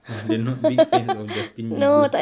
oh they are not big fans of justin bieber